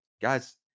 guys